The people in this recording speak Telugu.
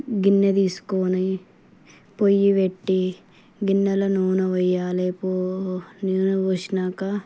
గిన్నె తీసుకొని పొయ్యి పెట్టి గిన్నెలో నూనె పోయాలి పో నూనె పోసాక